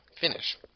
finish